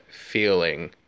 feeling